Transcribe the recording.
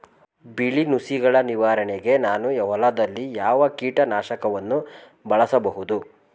ಬಿಳಿ ನುಸಿಗಳ ನಿವಾರಣೆಗೆ ನಾನು ಹೊಲದಲ್ಲಿ ಯಾವ ಕೀಟ ನಾಶಕವನ್ನು ಬಳಸಬಹುದು?